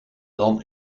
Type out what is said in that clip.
dan